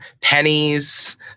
Pennies